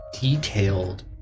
detailed